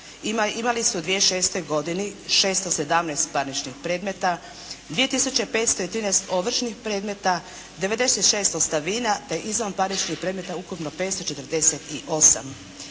imali su u 2006. godini 617 parničnih predmeta, 2513 ovršnih predmeta, 96 ostavina, te izvanparničnih predmeta ukupno 548.